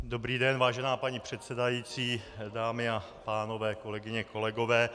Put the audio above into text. Dobrý den, vážená paní předsedající, dámy a pánové, kolegyně, kolegové.